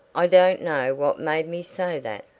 i don't know what made me say that.